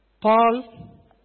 Paul